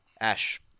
Ash